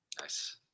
nice